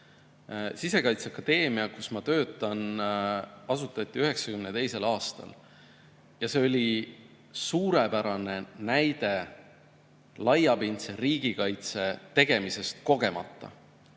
Sisekaitseakadeemia, kus ma töötan, asutati 1992. aastal ja see oli suurepärane näide laiapindse riigikaitse tegemisest kogemata.